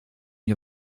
you